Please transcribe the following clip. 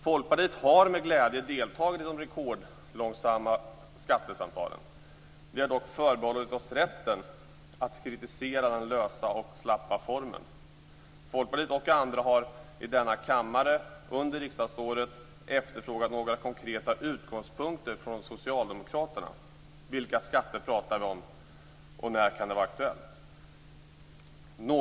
Folkpartiet har med glädje deltagit i de rekordlångsamma skattesamtalen. Vi har dock förbehållit oss rätten att kritisera den lösa och slappa formen. Folkpartiet och andra har i denna kammare under riksdagsåret efterfrågat några konkreta utgångspunkter från socialdemokraterna. Vilka skatter pratar vi om? När kan det bli aktuellt med en sänkning?